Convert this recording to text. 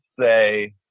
say